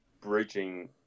bridging